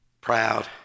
proud